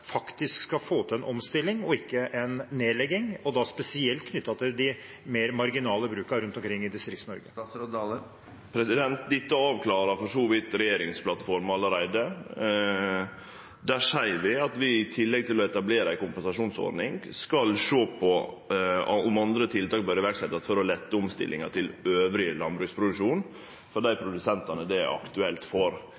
faktisk skal få til en omstilling og ikke en nedlegging, og da spesielt knyttet til de mer marginale brukene rundt omkring i Distrikts-Norge. Dette avklarer for så vidt regjeringsplattforma allereie. Der seier vi at vi i tillegg til å etablere ei kompensasjonsordning skal sjå på om andre tiltak bør setjast i verk for å lette omstillinga til annan landbruksproduksjon for